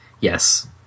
Yes